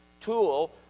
tool